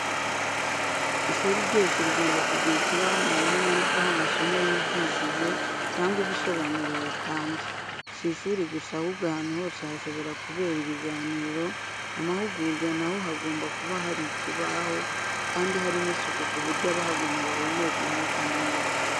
Ishuri ryose rigomba kugira ikibaho mwarimu yandikaho amasomo yigishyije cyangwa ibisobanuro yatanze. Si ishuri gusa ahubwo ahantu hose hashobora kubera ibiganiro, amahugurwa naho hagomba kuba hari ikibaho, kandi hari n'isuku ku buryo abahagana bahumeka umwuka mwiza.